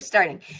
starting